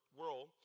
world